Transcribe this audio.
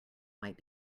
might